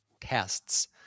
tests